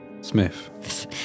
Smith